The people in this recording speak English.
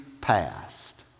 past